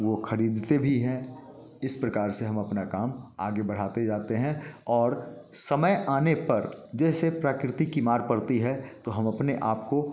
वो खरीदते भी हैं इस प्रकार से हम अपना काम आगे बढ़ाते जाते हैं और समय आने पर जैसे प्रकृति की मार पड़ती है तो हम अपने आप को